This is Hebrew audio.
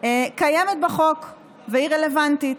קיימת בחוק והיא רלוונטית.